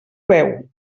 veu